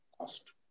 cost